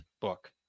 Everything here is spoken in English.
book